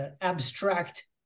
abstract